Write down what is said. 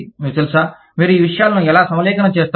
మీకు తెలుసా మీరు ఈ విషయాలను ఎలా సమలేఖనం చేస్తారు